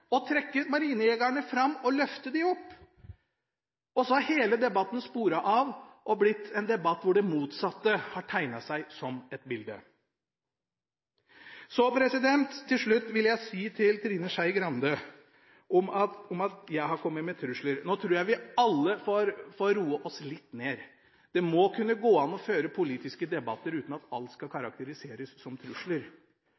marinejegerne, trekke dem fram og løfte dem opp. Så har hele debatten sporet av og blitt en debatt hvor det motsatte bildet har tegnet seg. Til slutt vil jeg si til Trine Skei Grande vedrørende at jeg skal ha kommet med trusler: Nå tror jeg vi alle får roe oss litt ned. Det må kunne gå an å føre politiske debatter uten at alt skal